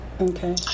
Okay